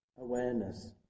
awareness